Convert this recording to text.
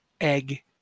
egg